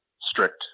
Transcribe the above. strict